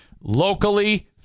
Locally